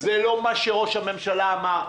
זה לא מה שראש הממשלה אמר,